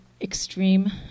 extreme